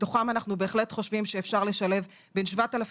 מתוך הכשרות אלו אנחנו בהחלט חושבים שאפשר לשלם בין 7,000